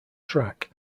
track